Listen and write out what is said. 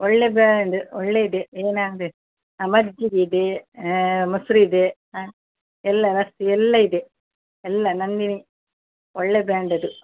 ಒಳ್ಳೆ ಬ್ರಾಂಡ್ ಒಳ್ಳೆ ಇದೆ ಏನಾದೆ ಮಜ್ಜಿಗೆ ಇದೆ ಮೊಸ್ರು ಇದೆ ಎಲ್ಲ ವಸ್ತು ಎಲ್ಲ ಇದೆ ಎಲ್ಲ ನಂದಿನಿ ಒಳ್ಳೆ ಬ್ರಾಂಡ್ ಅದು